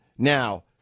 Now